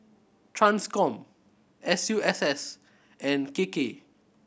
Transcom S U S S and K K